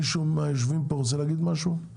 מישהו מהיושבים פה רוצה להגיד משהו?